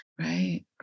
Right